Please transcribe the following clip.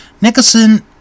Nicholson